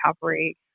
recovery